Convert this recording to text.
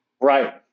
Right